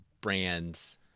brands